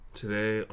today